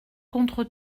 contre